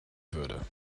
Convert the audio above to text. würde